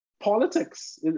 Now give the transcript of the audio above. politics